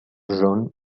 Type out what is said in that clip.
jaune